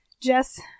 Jess